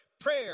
Prayer